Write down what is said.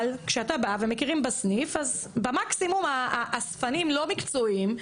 אבל כשאתה בא ומכירים בסניף אז במקסימום האספנים הלא מקצועיים,